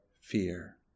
fear